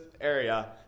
area